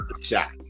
shot